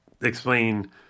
explain